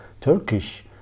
Turkish